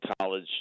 college